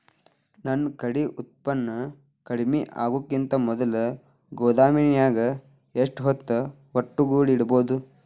ನನ್ ಕಡೆ ಉತ್ಪನ್ನ ಕಡಿಮಿ ಆಗುಕಿಂತ ಮೊದಲ ಗೋದಾಮಿನ್ಯಾಗ ಎಷ್ಟ ಹೊತ್ತ ಒಟ್ಟುಗೂಡಿ ಇಡ್ಬೋದು?